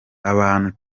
abantu